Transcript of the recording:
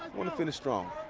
to finish strong.